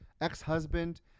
ex-husband